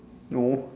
no